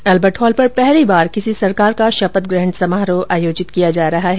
Albert hall पर पहली बार किसी सरकार का शपथ ग्रहण समारोह आयोजित किया जा रहा है